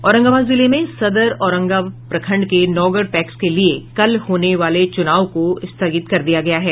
औरंगाबाद जिले में सदर औरंगाबाद प्रखंड के नौगढ़ पैक्स के लिए कल होने वाले चुनाव को स्थगित कर दिया गया है